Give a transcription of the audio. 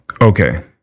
Okay